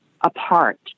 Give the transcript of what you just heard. apart